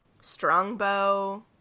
Strongbow